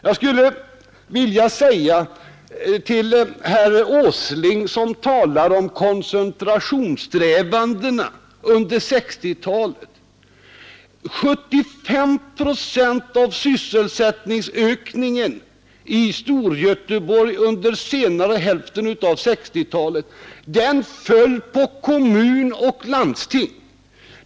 Jag skulle vilja påpeka för herr Åsling, som talar om koncentrationssträvandena under 1960-talet, att 75 procent av sysselsättningsökningen i Storgöteborg under senare hälften av 1960-talet föll på kommun och landsting.